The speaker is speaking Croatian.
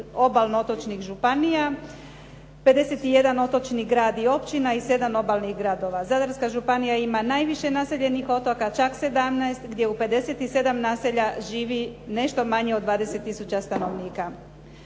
obalno otočnih županija. 51 otočni grad i općina i 7 obalnih gradova. Zadarska županija ima najviše naseljenih otoka čak 17, gdje u 57 naselja živi nešto manje od 20000 stanovnika.